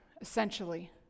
essentially